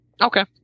Okay